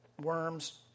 worms